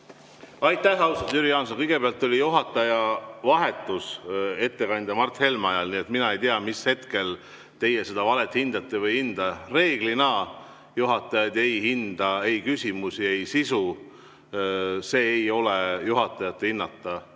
Aitäh, austatud Jüri Jaanson! Kõigepealt oli juhataja vahetus ettekandja Mart Helme [kõne] ajal, nii et mina ei tea, mis hetkel teie seda valet hindate või ei hinda. Reeglina juhatajad ei hinda ei küsimusi ega sisu. See ei ole juhatajate hinnata.